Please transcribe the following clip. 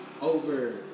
over